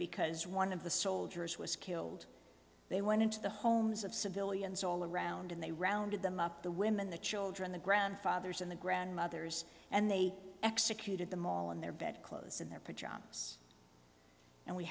because one of the soldiers was killed they went into the homes of civilians all around and they rounded them up the women the children the grandfathers and the grandmothers and they executed them all in their bed clothes in their pajamas and we